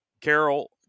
carol